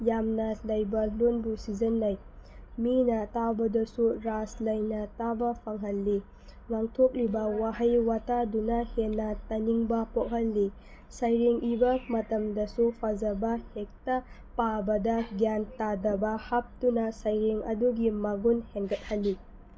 ꯌꯥꯝꯅ ꯂꯩꯕ ꯂꯣꯟꯕꯨ ꯁꯤꯖꯤꯟꯅꯩ ꯃꯤꯅ ꯇꯥꯕꯗꯁꯨ ꯔꯁ ꯂꯩꯅ ꯇꯥꯕ ꯐꯪꯍꯜꯂꯤ ꯉꯥꯡꯊꯣꯛꯂꯤꯕ ꯋꯥꯍꯩ ꯋꯥꯇꯥꯗꯨꯅ ꯍꯦꯟꯅ ꯇꯥꯅꯤꯡꯕ ꯄꯣꯛꯍꯜꯂꯤ ꯁꯩꯔꯦꯡ ꯏꯕ ꯃꯇꯝꯗꯁꯨ ꯐꯖꯕ ꯍꯦꯛꯇ ꯄꯥꯕꯗ ꯒ꯭ꯌꯥꯟ ꯇꯥꯗꯕ ꯍꯥꯞꯇꯨꯅ ꯁꯩꯔꯦꯡ ꯑꯗꯨꯒꯤ ꯃꯒꯨꯟ ꯍꯦꯟꯒꯠꯍꯜꯂꯤ